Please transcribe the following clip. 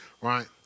right